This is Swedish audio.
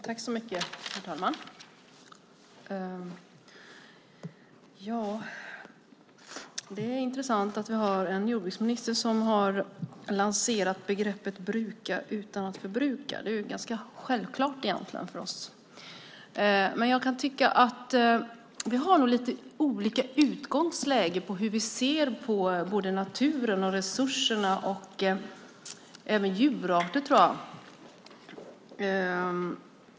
Herr talman! Det är intressant att vi har en jordbruksminister som har lanserat begreppet bruka utan att förbruka. Det är egentligen ganska självklart för oss. Jag kan tycka att vi har lite olika utgångsläge när det gäller hur vi ser på naturen, resurserna och djurarterna.